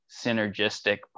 synergistic